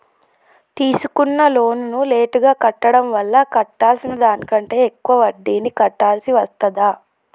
తీసుకున్న లోనును లేటుగా కట్టడం వల్ల కట్టాల్సిన దానికంటే ఎక్కువ వడ్డీని కట్టాల్సి వస్తదా?